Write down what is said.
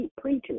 preachers